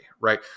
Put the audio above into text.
right